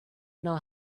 know